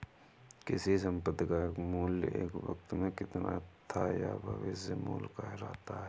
किसी संपत्ति का मूल्य एक वक़्त में कितना था यह भविष्य मूल्य कहलाता है